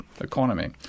economy